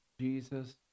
Jesus